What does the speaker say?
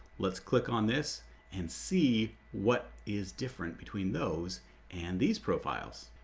let's click on this and see what is different between those and these profiles.